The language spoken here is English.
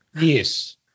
yes